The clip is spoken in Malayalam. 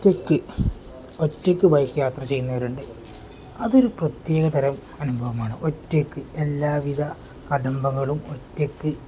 ഒറ്റക്ക് ഒറ്റക്ക് ബൈക്ക് യാത്ര ചെയ്യുന്നവരുണ്ട് അതൊരു പ്രത്യേകതരം അനുഭവമാണ് ഒറ്റക്ക് എല്ലാവിധ കടമ്പകളും ഒറ്റക്ക്